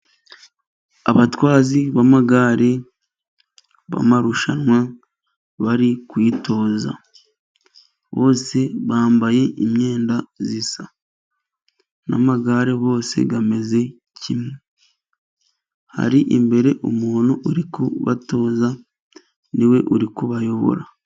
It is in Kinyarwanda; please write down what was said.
Abatwazi b'amagare b'amarushanwa bari kwitoza. Bose bambaye imyenda isa. N'amagare bose bameze kimwe. Hari imbere umuntu uri kubatoza ni we uri kubayobora.